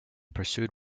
pursued